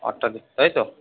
আটটার দিকে তাই তো